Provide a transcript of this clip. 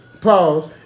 pause